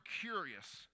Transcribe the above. curious